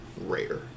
rare